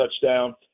touchdown